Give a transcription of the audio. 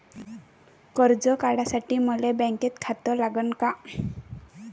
कर्ज काढासाठी मले बँकेत खातं लागन का?